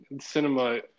cinema